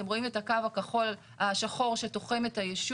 אתם רואים את הקו השחור שתוחם את הישוב,